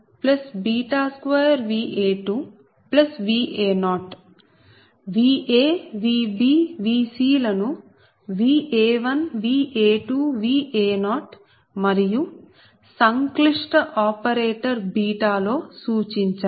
Va Vb Vc ల ను Va1Va2Va0 మరియు సంక్లిష్ట ఆపరేటర్ లో సూచించాం